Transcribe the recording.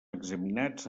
examinats